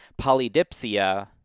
polydipsia